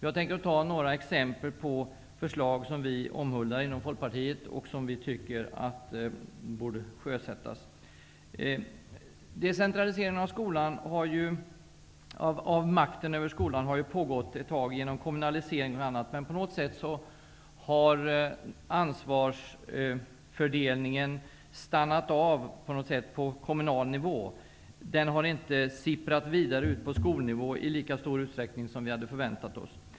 Jag vill nämna några exempel på förslag som vi inom Folkpartiet omhuldar och som vi tycker borde sjösättas. Decentraliseringen av makten över skolan har ju genom kommunalisering och annat pågått ett tag. Men på något sätt har ansvarsfördelningen stannat av på kommunal nivå. Den har inte sipprat vidare ut på skolnivå i lika stor utsträckning som vi hade förväntat oss.